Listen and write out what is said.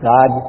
God